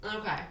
okay